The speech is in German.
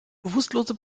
bewusstlose